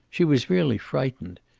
she was really frightened.